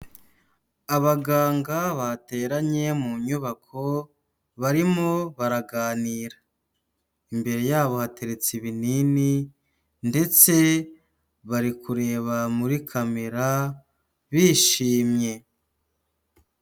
Abaganga bateranye mu nyubako barimo baraganira, imbere yabo hateretse ibinini, ndetse bari kureba muri kamera bishimye.